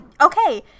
Okay